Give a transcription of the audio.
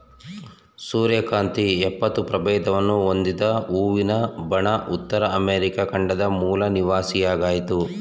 ಸೂರ್ಯಕಾಂತಿ ಎಪ್ಪತ್ತು ಪ್ರಭೇದವನ್ನು ಹೊಂದಿದ ಹೂವಿನ ಬಣ ಉತ್ತರ ಅಮೆರಿಕ ಖಂಡದ ಮೂಲ ನಿವಾಸಿಯಾಗಯ್ತೆ